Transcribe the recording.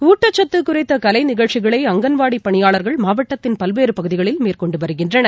ஊட்டச்சத்துகுறித்தகலைநிகழ்ச்சிகளை அங்கன்வாடிபணியாளர்கள் மாவட்டத்தின் பல்வேறுபகுதிகளில் மேற்கொண்டுவருகின்றனர்